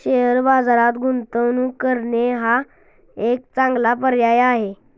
share बाजारात गुंतवणूक करणे हा एक चांगला पर्याय आहे